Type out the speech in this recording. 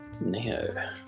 Neo